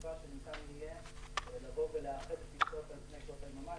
התעופה שניתן יהיה לאחד טיסות על פני שעות היממה.